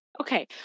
Okay